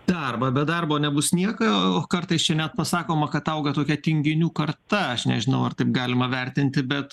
darbą be darbo nebus nieko o kartais čia net pasakoma kad auga tokia tinginių karta aš nežinau ar taip galima vertinti bet